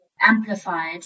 amplified